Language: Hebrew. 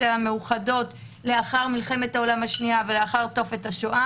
המאוחדות לאחר מלחמת העולם השנייה ולאחר תופת השואה,